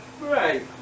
Right